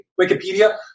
wikipedia